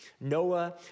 Noah